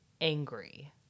angry